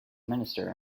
minister